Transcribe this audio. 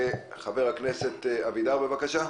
חבר הכנסת אבידר, בבקשה.